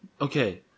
Okay